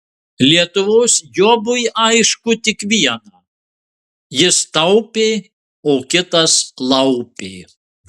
lietuvos jobui aišku tik viena jis taupė o kitas laupė